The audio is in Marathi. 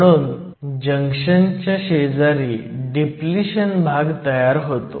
म्हणून जंक्शनच्या शेजारी डिप्लिशन भाग तयार होतो